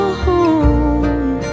home